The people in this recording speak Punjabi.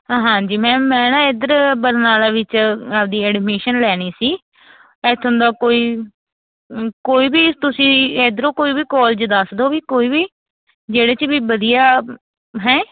ਹਾਂਜੀ ਮੈਮ ਮੈਂ ਨਾ ਇੱਧਰ ਬਰਨਾਲਾ ਵਿੱਚ ਆਪਦੀ ਐਡਮਿਸ਼ਨ ਲੈਣੀ ਸੀ ਇੱਥੋਂ ਦਾ ਕੋਈ ਕੋਈ ਵੀ ਤੁਸੀਂ ਇੱਧਰੋਂ ਕੋਈ ਵੀ ਕੋਲਜ ਦੱਸ ਦਿਉ ਵੀ ਕੋਈ ਵੀ ਜਿਹੜੇ 'ਚ ਵੀ ਵਧੀਆ ਹੈਂ